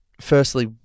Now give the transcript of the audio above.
firstly